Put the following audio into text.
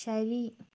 ശരി